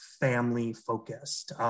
family-focused